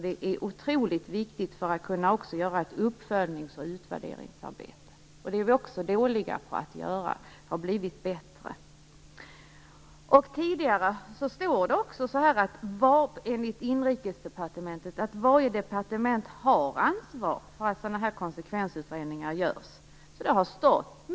Det är otroligt viktigt för att kunna göra ett uppföljnings och utvärderingsarbete. Det är vi också dåliga på att göra, men det har blivit bättre. Enligt Inrikesdepartementet har det också tidigare stått att varje departement har ansvar för att konsekvensutredningar görs.